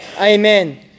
Amen